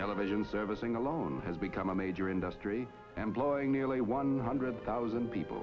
television servicing alone has become a major industry employing nearly one hundred thousand people